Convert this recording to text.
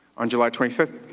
on july twenty five,